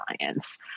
science